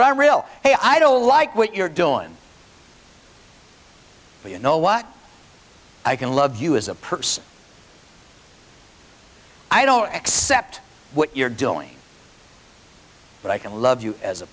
were real hey i don't like what you're doing you know what i can love you as a person i don't accept what you're doing but i can love you as a